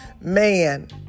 man